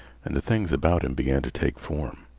and the things about him began to take form.